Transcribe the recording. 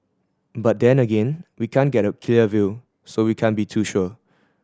but then again we can't get a clear view so we can't be too sure